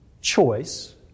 choice